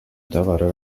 товары